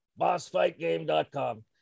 bossfightgame.com